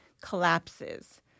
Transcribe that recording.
collapses